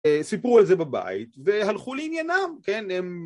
סיפרו על זה בבית והלכו לעניינם. כן, הם...